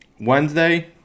Wednesday